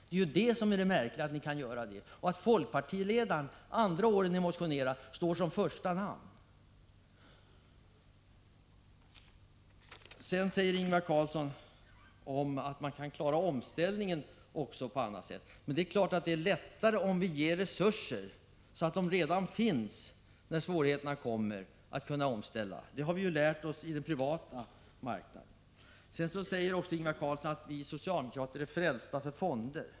Det är ju det som är det märkliga, att ni kan göra så och att folkpartiledaren andra året ni motionerat i den här frågan står som första namn. Ingvar Karlsson i Bengtsfors säger att man kan klara omställningar också på annat sätt. Det är klart, Ingvar Karlsson, att det går lättare att göra omställningar om vi ger resurserna, så att dessa redan finns när svårigheterna kommer. Detta har vi lärt oss av förhållandena på den privata marknaden. Ingvar Karlsson säger vidare att vi socialdemokrater är frälsta för fonder.